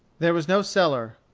there was no cellar.